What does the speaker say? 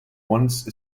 once